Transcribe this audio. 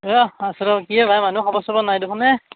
এ আছো ৰহ কি এ ভাই মানুহ খবৰ চবৰ নাই দেখোন এহ